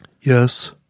Yes